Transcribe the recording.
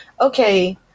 okay